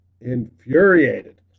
infuriated